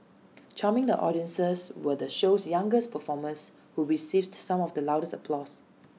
charming the audiences were the show's youngest performers who received some of the loudest applause